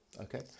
okay